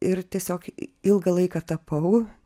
ir tiesiog ilgą laiką tapau